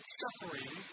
suffering